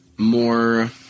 more